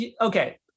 okay